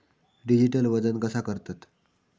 Digital वजन कसा करतत?